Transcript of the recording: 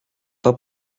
pas